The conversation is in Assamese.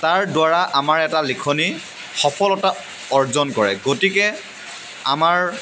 তাৰ দ্বাৰা আমাৰ এটা লিখনি সফলতা অৰ্জন কৰে গতিকে আমাৰ